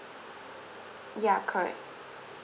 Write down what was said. ya correct